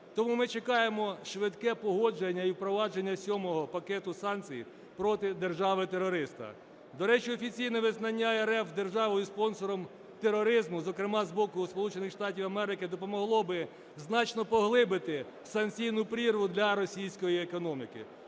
Тому ми чекаємо швидке погодження і впровадження сьомого пакета санкцій проти держави-терориста. До речі, офіційне визнання РФ державою-спонсором тероризму, зокрема з боку Сполучених Штатів Америки, допомогло би значно поглибити санкційну прірву для російської економіки.